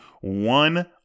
one